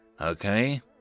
okay